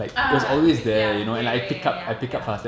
ah okay ya ya ya ya ya ya ya